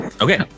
Okay